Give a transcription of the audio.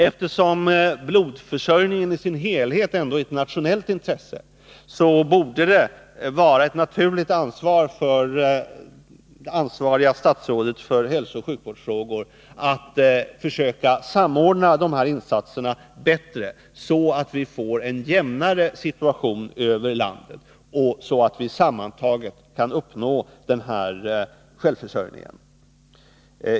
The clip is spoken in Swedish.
Eftersom frågan om blodförsörjningen i sin helhet är av internationellt intresse, borde det vara naturligt för statsrådet som ansvarig för hälsooch sjukvårdsfrågor att försöka samordna insatserna bättre, så att vi får en mera likartad situation inom landet och så att vi sammantaget kan uppnå självförsörjning.